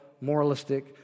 moralistic